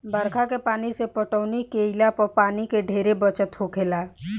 बरखा के पानी से पटौनी केइला पर पानी के ढेरे बचत होखेला